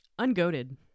Ungoated